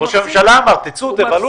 ראש הממשלה אמר, תצאו, תבלו.